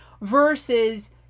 versus